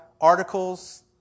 articles